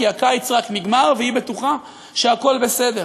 כי הקיץ רק נגמר והיא בטוחה שהכול בסדר,